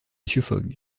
fogg